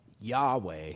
Yahweh